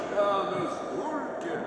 žemės dulkė